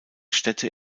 städte